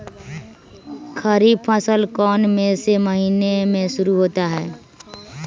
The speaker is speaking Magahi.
खरीफ फसल कौन में से महीने से शुरू होता है?